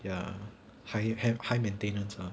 ya high have high maintenance ah